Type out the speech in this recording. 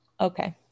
Okay